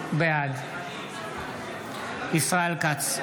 בעד ישראל כץ,